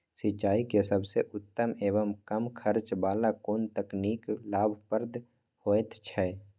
सिंचाई के सबसे उत्तम एवं कम खर्च वाला कोन तकनीक लाभप्रद होयत छै?